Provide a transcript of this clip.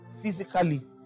physically